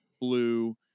blue